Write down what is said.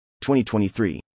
2023